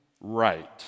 right